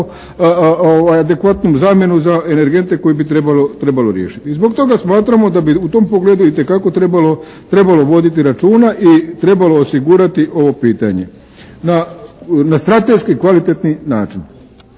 adekvatnu zamjenu za energente koje bi trebalo riješiti i zbog toga smatramo da bi u tom pogledu itekako trebalo voditi računa i trebalo osigurati ovo pitanje na strateški kvalitetni način.